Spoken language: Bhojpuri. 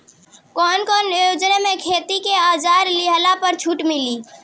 कवन कवन योजना मै खेती के औजार लिहले पर छुट मिली?